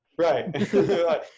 Right